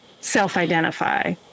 self-identify